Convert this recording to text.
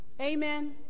amen